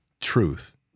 truth